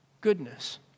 goodness